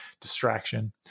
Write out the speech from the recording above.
distraction